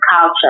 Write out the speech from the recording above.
culture